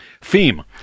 Theme